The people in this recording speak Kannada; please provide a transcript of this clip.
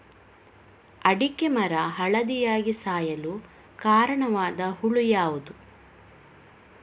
ಅಡಿಕೆ ಮರ ಹಳದಿಯಾಗಿ ಸಾಯಲು ಕಾರಣವಾದ ಹುಳು ಯಾವುದು?